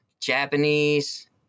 Japanese